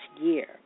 year